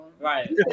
Right